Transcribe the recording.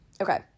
Okay